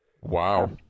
Wow